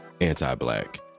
anti-black